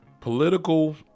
political